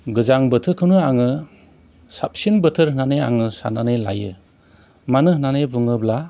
गोजां बोथोरखौनो आङो साबिन बोथोर होननानै आं साननानै लायो मानो होननानै बुङोब्ला